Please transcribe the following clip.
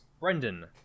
Brendan